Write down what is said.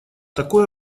такое